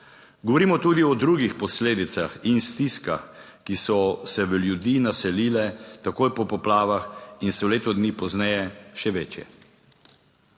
Govorimo tudi o drugih posledicah in stiskah, ki so se v ljudi naselile takoj po poplavah in so leto dni pozneje še večje.